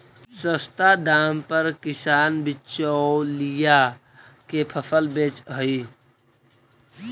सस्ता दाम पर किसान बिचौलिया के फसल बेचऽ हइ